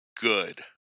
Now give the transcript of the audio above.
good